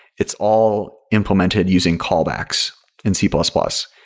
it's all implemented using callbacks in c plus plus,